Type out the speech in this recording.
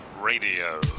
Radio